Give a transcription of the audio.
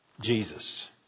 Jesus